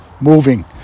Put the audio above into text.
moving